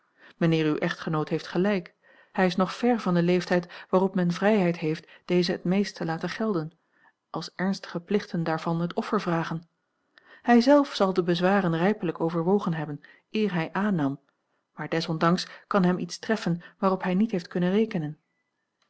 mijnheer uw echtgenoot heeft gelijk hij is nog ver van den leeftijd waarop men vrijheid heeft dezen het meest te laten gelden als ernstige plichten daarvan het offer vragen hij zelf zal de bezwaren rijpelijk overwogen hebben eer hij aannam maar des ondanks kan hem iets treffen waarop hij niet heeft kunnen rekenen